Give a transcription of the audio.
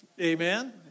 Amen